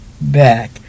back